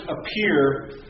appear